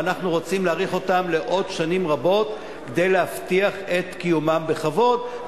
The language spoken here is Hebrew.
ואנחנו רוצים להאריך אותו עוד בשנים רבות כדי להבטיח את קיומם בכבוד,